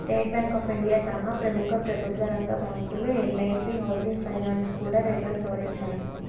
state Bank of India సహా ప్రముఖ ప్రభుత్వరంగ బ్యాంకులు, ఎల్ఐసీ హౌసింగ్ ఫైనాన్స్ కూడా రేట్లను సవరించాయి